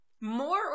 more